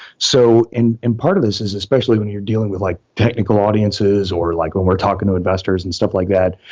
so and part of this is especially when you're dealing with like technical audiences or like when we're talking to investors and stuff like that,